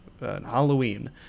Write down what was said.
Halloween